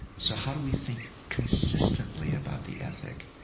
so how do we think consistently about the ethic?